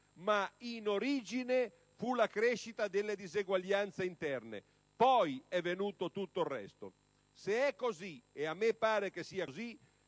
Ma in origine fu la crescita delle diseguaglianze interne; poi è venuto tutto il resto. Se è così, e a me pare che sia così,